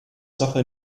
sache